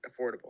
affordable